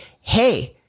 hey